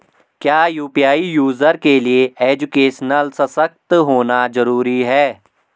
क्या UPI user के लिए एजुकेशनल सशक्त होना जरूरी है?